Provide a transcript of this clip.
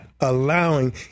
allowing